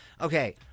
Okay